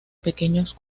pequeños